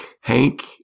Hank